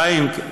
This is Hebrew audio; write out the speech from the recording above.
חיים.